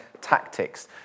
tactics